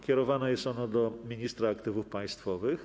Kierowane jest ono do ministra aktywów państwowych.